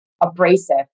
abrasive